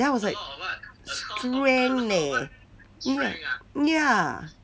then I was like strength leh y~ ya